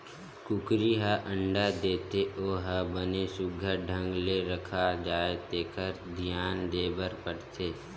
कुकरी ह अंडा देथे ओ ह बने सुग्घर ढंग ले रखा जाए तेखर धियान देबर परथे